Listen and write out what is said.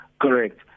Correct